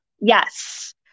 Yes